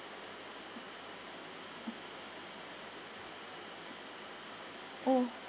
oh